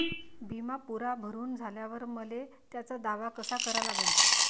बिमा पुरा भरून झाल्यावर मले त्याचा दावा कसा करा लागन?